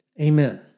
Amen